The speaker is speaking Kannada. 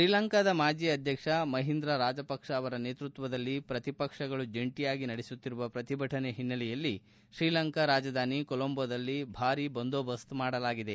ಶ್ರೀಲಂಕಾದ ಮಾಜಿ ಅಧ್ಯಕ್ಷ ಮಹೀಂದ್ರ ರಾಜಪಕ್ಷ ಅವರ ನೇತೃತ್ವದಲ್ಲಿ ಪ್ರತಿಪಕ್ಷಗಳು ಜಂಟಯಾಗಿ ನಡೆಸುತ್ತಿರುವ ಪ್ರತಿಭಟನೆ ಹಿನ್ನೆಲೆಯಲ್ಲಿ ಶ್ರೀಲಂಕಾ ರಾಜಧಾನಿ ಕೊಲೊಂಬೊದಲ್ಲಿ ಭಾರಿ ಬಂದೋಬಸ್ತ್ ಮಾಡಲಾಗಿದೆ